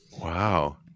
Wow